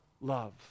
love